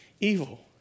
evil